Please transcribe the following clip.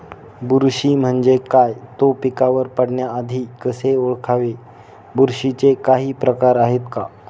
बुरशी म्हणजे काय? तो पिकावर पडण्याआधी कसे ओळखावे? बुरशीचे काही प्रकार आहेत का?